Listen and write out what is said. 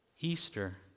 Easter